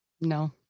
No